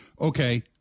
Okay